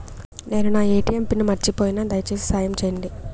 నేను నా ATM pin మర్చిపోయిన, దయచేసి సాయం చేయండి